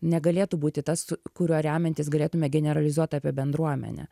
negalėtų būti tas kuriuo remiantis galėtume generalizuot apie bendruomenę